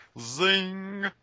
Zing